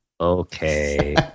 Okay